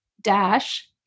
dash